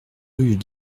rue